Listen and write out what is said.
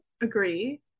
agree